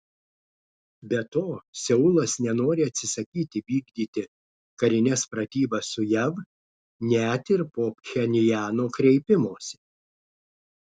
be to seulas nenori atsisakyti vykdyti karines pratybas su jav net ir po pchenjano kreipimosi